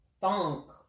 funk